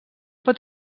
pot